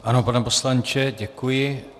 Ano, pane poslanče, děkuji.